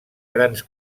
grans